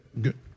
good